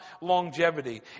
longevity